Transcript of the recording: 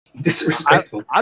Disrespectful